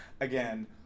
Again